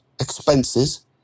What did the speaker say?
Expenses